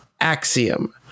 axiom